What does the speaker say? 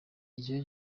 iyo